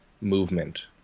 movement